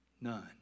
None